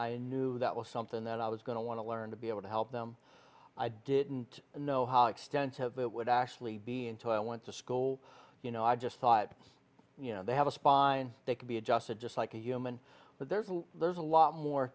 i knew that was something that i was going to want to learn to be able to help them i didn't know how extensive it would actually be until i went to school you know i just thought you know they have a spine they can be adjusted just like a human but there's a there's a lot more